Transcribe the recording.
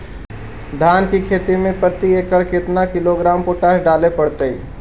धान की खेती में प्रति एकड़ केतना किलोग्राम पोटास डाले पड़तई?